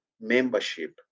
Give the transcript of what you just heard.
membership